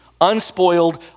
unspoiled